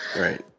Right